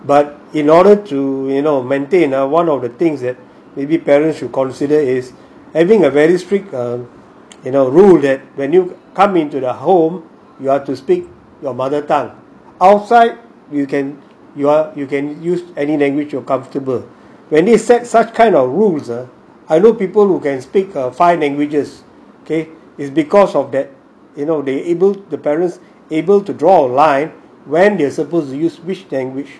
but in order to you know maintain ah one of the things that maybe parents should consider is having a very strict ugh you know rule that when you come into their home you have to speak your mother tongue outside you can you are you can use any language you're comfortable when they set such kind of rules ah I know people who can speak ugh five languages okay is because of that you know they able the parents able to draw a line when they're supposed to use which language